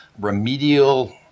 remedial